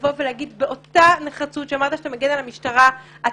לבוא ולהגיד באותה נחרצות שאמרת שאתה מגן על המשטרה להגיד